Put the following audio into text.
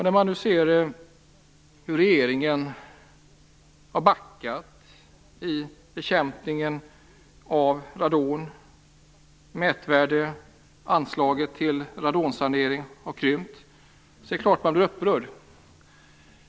När man nu ser hur regeringen har backat i bekämpningen av radon och hur anslagen till radonsanering har krympt är det klart att man blir upprörd.